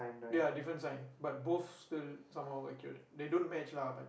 ya different sign but both still somewhat accurate they don't match lah but